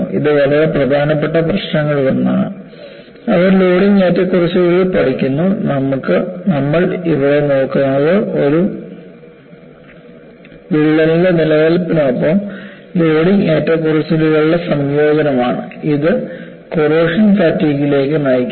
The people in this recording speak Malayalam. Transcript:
ഇത് വളരെ പ്രധാനപ്പെട്ട പ്രശ്നങ്ങളിലൊന്നാണ് അവർ ലോഡിംഗ് ഏറ്റക്കുറച്ചിലുകൾ പഠിക്കുന്നു നമ്മൾ ഇവിടെ നോക്കുന്നത് ഒരു വിള്ളലിന്റെ നിലനിൽപ്പിനൊപ്പം ലോഡിംഗ് ഏറ്റക്കുറച്ചിലുകളുടെ സംയോജനമാണ് ഇത് കൊറോഷൻ ഫാറ്റിഗ് ലേക്ക് നയിക്കും